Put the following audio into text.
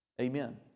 Amen